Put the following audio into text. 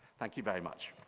thank you very much.